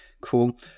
Cool